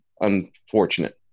unfortunate